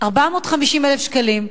450,000 שקלים,